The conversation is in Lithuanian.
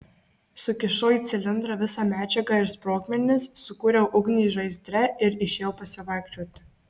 sukišau į cilindrą visą medžiagą ir sprogmenis sukūriau ugnį žaizdre ir išėjau pasivaikščioti